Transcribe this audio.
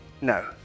no